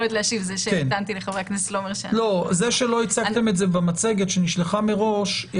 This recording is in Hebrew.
לא הצגתם את זה במצגת שנשלחה מראש.